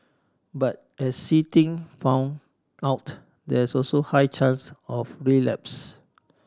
but as See Ting found out there is also a high chance of relapse